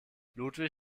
ludwig